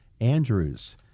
Andrews